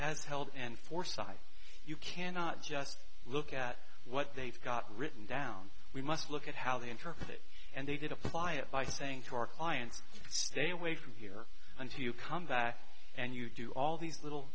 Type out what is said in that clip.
as held and forced by you cannot just look at what they've got written down we must look at how they interpret it and they did apply it by saying to our clients stay away from here until you come back and you do all these little